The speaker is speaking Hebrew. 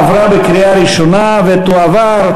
עברה בקריאה ראשונה ותועבר,